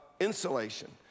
insulation